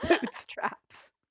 Bootstraps